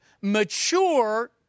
mature